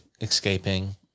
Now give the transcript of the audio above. escaping